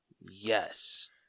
Yes